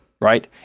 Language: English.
right